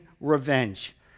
revenge